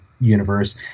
universe